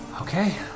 Okay